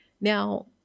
Now